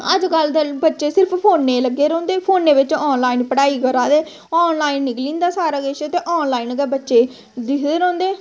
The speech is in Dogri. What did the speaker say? अजकल्ल दे बच्चे सिर्फ फोने लग्गे रौंह्दे फोनै बिच्च ऑनलाइन पढ़ाई करा दे ऑनलाइन निकली जंदा सारा किश ते ऑनलाइन गै बच्चे दिखदे रौंह्दे